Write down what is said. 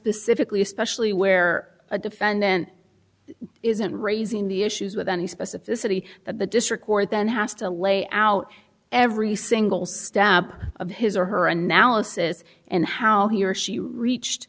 specifically especially where a defendant isn't raising the issues with any specificity that the district court then has to lay out every single stab of his or her analysis and how he or she reached